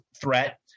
Threat